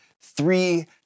Three